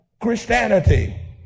Christianity